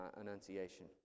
enunciation